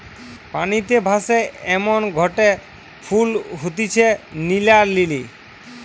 পানিতে ভাসে এমনগটে ফুল হতিছে নীলা লিলি